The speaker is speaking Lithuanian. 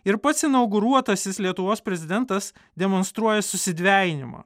ir pats inauguruotasis lietuvos prezidentas demonstruoja susidvejinimą